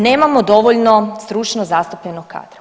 Nemamo dovoljno stručno zastupljenog kadra.